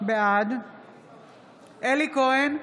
בעד אלי כהן,